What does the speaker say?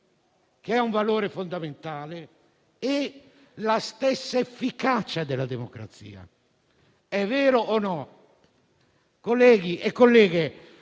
che è un valore fondamentale, e la stessa efficacia della democrazia. È vero o no? Colleghi e colleghe,